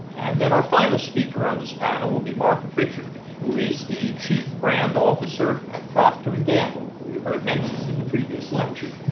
and then, our final speaker on this panel will be marc pritchard, who is the chief brand officer at procter and gamble, who you heard mentioned in the previous lecture.